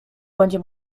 będzie